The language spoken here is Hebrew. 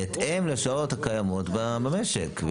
בהתאם לשעות הקיימות במשק.